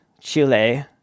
Chile